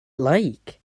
like